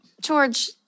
George